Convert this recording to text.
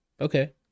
Okay